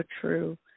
true